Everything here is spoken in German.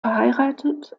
verheiratet